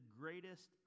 greatest